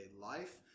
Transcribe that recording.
life